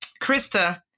Krista